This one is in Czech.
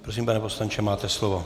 Prosím, pane poslanče, máte slovo.